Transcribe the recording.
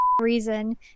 reason